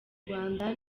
rwanda